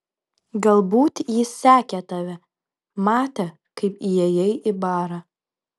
galbūt jis sekė tave matė kaip įėjai į barą